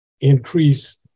increase